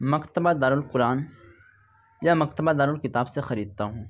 مکتبہ دار القرآن یا مکتبہ دار الکتاب سے خریدتا ہوں